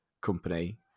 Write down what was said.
company